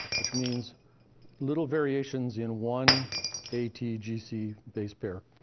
which means little variations in one atgc base pair.